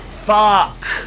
Fuck